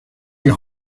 wie